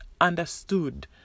understood